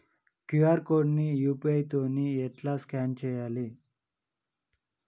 QR code ని UPI తోని ఎట్లా స్కాన్ చేయాలి?